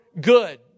good